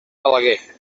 balaguer